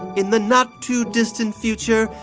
in the not-too-distant future,